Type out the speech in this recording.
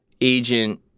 agent